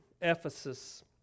Ephesus